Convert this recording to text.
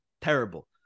terrible